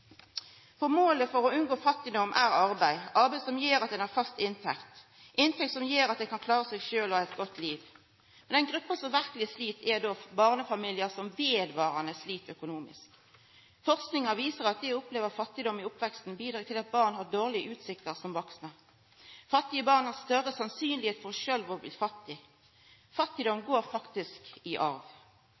for å unngå fattigdom er arbeid, arbeid som gjer at ein har fast inntekt, inntekt som gjer at ein kan klara seg sjølv og ha eit godt liv. Men den gruppa som verkeleg slit, er barnefamiliar som vedvarande slit økonomisk. Forskinga viser at det å oppleva fattigdom i oppveksten bidreg til at barn har dårlege utsikter som vaksne. Er ein fattig som barn, er det meir sannsynleg at ein sjølv blir fattig. Fattigdom går faktisk i